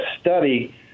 study